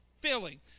filling